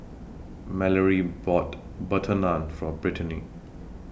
Malorie bought Butter Naan For Brittaney